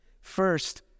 First